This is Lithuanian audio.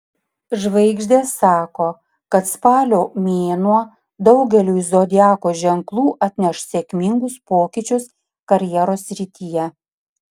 žvaigždės sako kad spalio mėnuo daugeliui zodiako ženklų atneš sėkmingus pokyčius karjeros srityje